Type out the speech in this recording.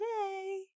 today